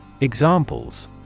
Examples